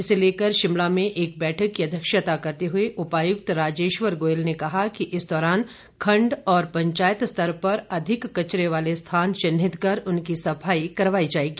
इसे लेकर शिमला में एक बैठक की अध्यक्षता करते हुए उपायुक्त राजेश्वर गोयल ने कहा कि इस दौरान खंड और पंचायत स्तर पर अधिक कचरे वाले स्थान चिन्हित कर उनकी सफाई करवाई जाएगी